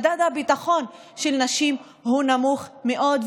מדד הביטחון של נשים הוא נמוך מאוד,